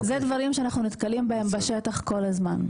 זה דברים שאנחנו נתקלים בהם בשטח כל הזמן.